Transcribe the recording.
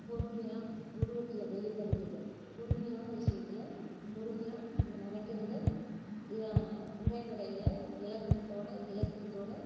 பொறுமையாக உருவத்தில் வெளிப்படுத்துதல் பொறுமையான விஷயத்தில் பொறுமையாக நம்ம நினைக்கிறத உரைநடையில் இலக்கணத்தோட இலக்கியத்தோட